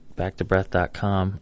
backtobreath.com